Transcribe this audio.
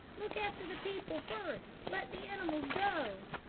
look after the people first let the animals go.